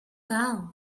down